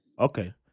Okay